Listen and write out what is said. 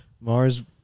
Mars